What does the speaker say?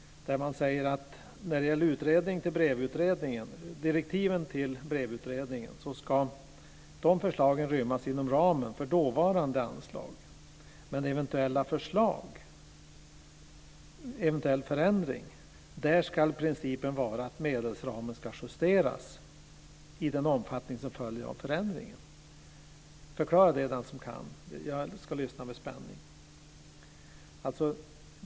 Där säger man att när det gäller direktiven till BREV-utredningen så ska förslagen rymmas inom ramen för dåvarande anslag. Men för eventuella förslag och eventuell förändring ska principen vara att medelsramen ska justeras i den omfattning som följer av förändringen. Förklara det, den som kan! Jag ska lyssna med spänning.